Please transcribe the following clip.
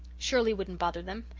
shirley wouldn't bother them,